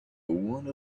what